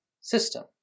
system